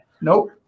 Nope